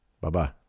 Bye-bye